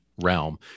realm